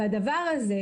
והדבר הזה,